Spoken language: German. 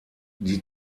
die